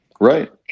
Right